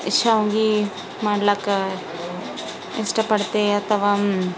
ಶಾವ್ಗೆ ಮಾಡ್ಲಿಕ್ಕ ಇಷ್ಟಪಡ್ತೆ ಅಥವಾ